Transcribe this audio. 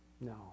No